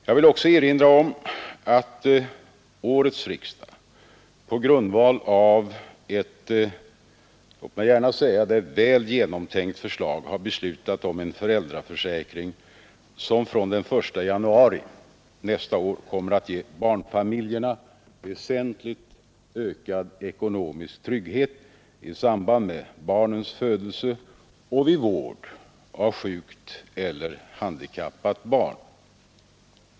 Jag vill också erinra om att årets riksdag på grundval av ett — låt mig gärna säga det — väl genomtänkt förslag har beslutat om en föräldraförsäkring som fr.o.m. den 1 januari nästa år kommer att ge barnfamiljerna väsentligt ökad ekonomisk trygghet i samband med barnens födelse och vid vård av sjukt eller handikappat barn.